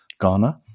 Ghana